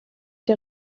der